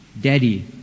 Daddy